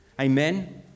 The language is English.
Amen